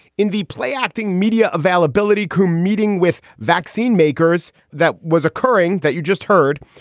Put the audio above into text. in the play acting media availability, crew meeting with vaccine makers that was occurring that you just heard,